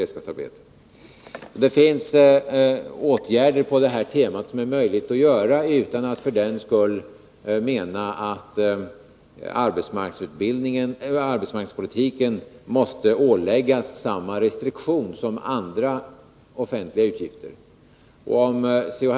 Det finns åtgärder på det här temat som är möjliga att vidta, utan att arbetsmarknadspolitiken för den skull måste åläggas samma restriktion som när det gäller andra offentliga utgifter. Om C.-H.